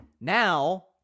Now